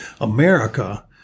America